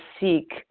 seek